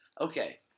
Okay